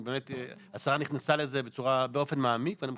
עכשיו השרה נכנסה לזה באופן מעמיק ואנחנו